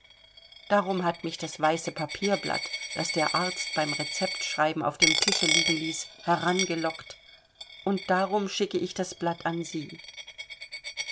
darum hat mich das weiße papierblatt das der arzt beim rezeptschreiben auf dem tische liegen ließ herangelockt und darum schicke ich das blatt an sie